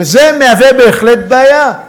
וזה מהווה בהחלט בעיה.